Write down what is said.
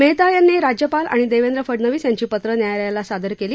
मेहता यांनी राज्यपाल आणि देवेंद्र फडनवीस यांची पत्रं न्यायालयाला सादर केली